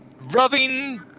rubbing